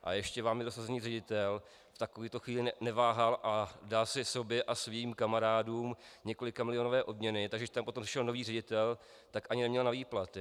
A ještě vámi dosazený ředitel v takového chvíli neváhal a dal si sobě a svým kamarádům několikamilionové odměny, takže když tam potom přišel nový ředitel, tak ani neměl na výplaty.